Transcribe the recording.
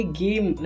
game